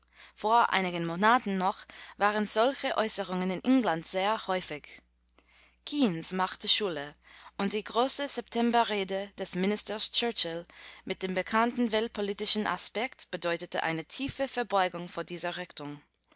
vor einigen monaten noch waren solche äußerungen in england sehr häufig keynes machte schule und die große septemberrede des ministers churchill mit dem bekannten weltpolitischen aspekt bedeutete eine tiefe verbeugung vor dieser